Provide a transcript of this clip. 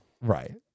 Right